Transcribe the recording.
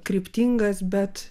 kryptingas bet